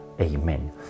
Amen